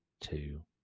two